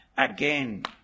again